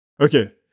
Okay